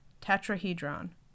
Tetrahedron